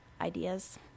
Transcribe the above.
ideas